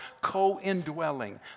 co-indwelling